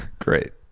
Great